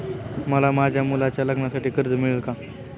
मला माझ्या मुलाच्या लग्नासाठी कर्ज मिळेल का?